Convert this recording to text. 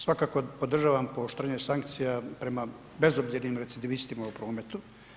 Svakako podržavam pooštrenje sankcija prema bezobzirnim recidivistima u prometu.